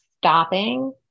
stopping